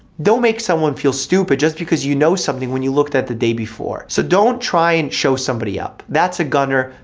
don't make someone feel stupid just because you know something when you looked at it the day before. so don't try and show somebody up. that's a gunner,